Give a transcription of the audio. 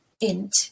int